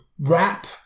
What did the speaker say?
Rap